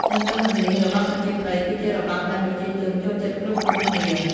ទន្ទឹមនឹងនេះរបាំប្រជាប្រិយគឹជារបាំដែលប្រជាជនចូលចិត្តគ្រប់ៗគ្នា ។